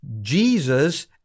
Jesus